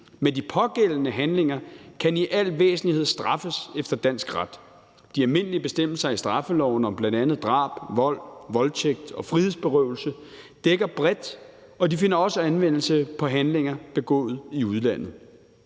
men de pågældende handlinger kan i al væsentlighed straffes efter dansk ret. De almindelige bestemmelser i straffeloven om bl.a. drab, vold, voldtægt og frihedsberøvelse dækker bredt, og de finder også anvendelse på handlinger begået i udlandet.